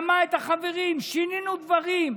שמע את החברים, שינינו דברים.